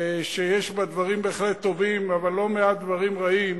שיש בה דברים בהחלט טובים אבל לא מעט דברים רעים,